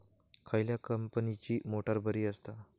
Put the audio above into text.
खयल्या कंपनीची मोटार बरी असता?